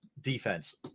defense